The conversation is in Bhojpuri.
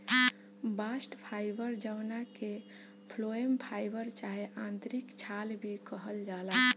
बास्ट फाइबर जवना के फ्लोएम फाइबर चाहे आंतरिक छाल भी कहल जाला